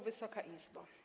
Wysoka Izbo!